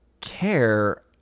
care